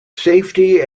safety